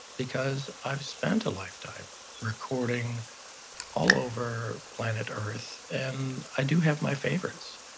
because i've spent a lifetime recording all over planet earth, and i do have my favorites.